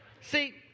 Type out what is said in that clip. See